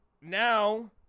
now